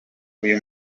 uyu